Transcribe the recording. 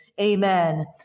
Amen